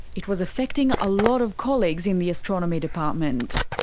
it was affecting a lot of colleagues in the astronomy department.